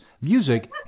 music